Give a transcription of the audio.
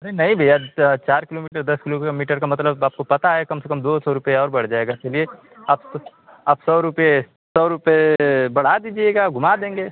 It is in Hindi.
अरे नहीं भैया चार किलोमीटर दस किलो मीटर का मतलब आपको पता है कम से कम दो सौ रुपया और बढ़ जाएगा चलिए आप आप सौ रुपये सौ रुपये बढ़ा दीजिएगा घूमा देंगे